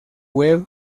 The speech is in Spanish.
web